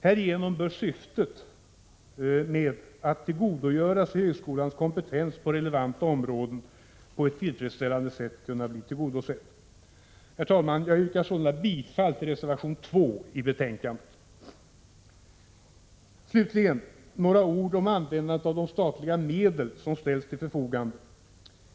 Härigenom bör syftet att tillgodogöra sig högskolans kompetens på relevanta områden på ett tillfredsställande sätt kunna bli tillgodosett. Jag yrkar sålunda bifall till reservation 2 i betankandet. Slutligen, herr talman, några ord om användandet av de statliga medel som ställs till förfogande.